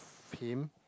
him